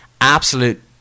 absolute